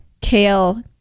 kale